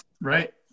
Right